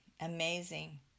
Amazing